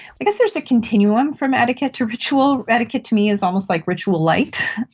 i guess there is a continuum from etiquette to ritual. etiquette to me is almost like ritual-lite.